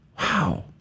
Wow